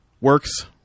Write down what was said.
works